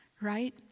Right